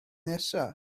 nesaf